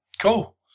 Cool